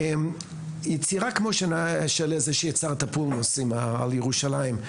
יצירה כמו של איזה סטפנוס בירושלים,